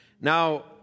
Now